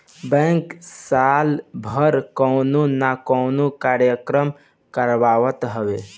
bank साल भर कवनो ना कवनो कार्यक्रम करावत हवे